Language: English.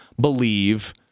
believe